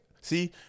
See